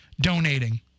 donating